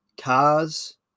cars